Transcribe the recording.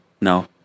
No